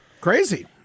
Crazy